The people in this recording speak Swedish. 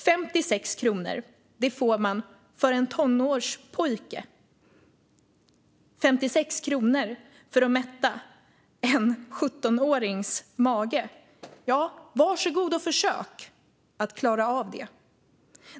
För en tonårspojke får man 56 kronor - 56 kronor för att mätta en sjuttonårings mage! Försök att klara av det!